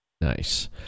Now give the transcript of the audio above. Nice